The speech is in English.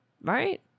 Right